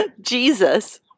Jesus